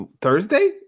Thursday